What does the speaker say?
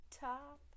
Top